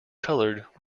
colored